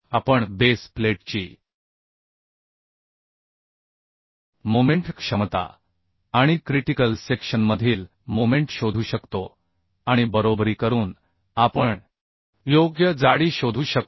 आपण बेस प्लेटची मोमेंट क्षमता आणि क्रिटिकल सेक्शनमधील मोमेंट शोधू शकतो आणि बरोबरी करून आपण योग्य जाडी शोधू शकतो